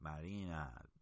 Marina